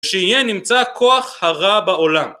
שיהיה נמצא כוח הרע בעולם